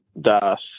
Das